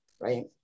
Right